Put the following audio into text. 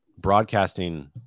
Broadcasting